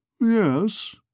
Yes